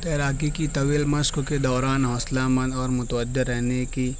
تیراکی کی طویل مشق کے دوران حوصلہ مند اور متوجہ رہنے کی